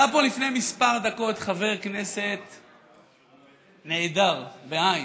עלה פה לפני כמה דקות חבר כנסת נעדר, בעי"ן.